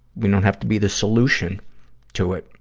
you don't have to be the solution to it.